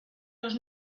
los